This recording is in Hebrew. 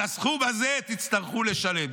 על הסכום הזה תצטרכו לשלם.